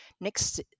next